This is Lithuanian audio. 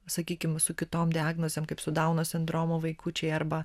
sakykim su kitom diagnozėm kaip su dauno sindromo vaikučiai arba